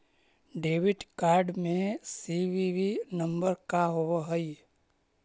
Debit card में CVV number का होव हइ?